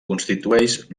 constitueix